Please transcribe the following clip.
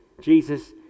Jesus